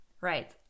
Right